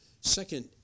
Second